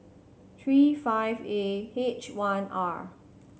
three five A H one R